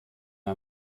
ein